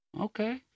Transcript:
Okay